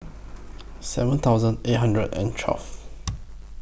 seven thousand eight hundred and twelve